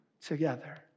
together